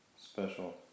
special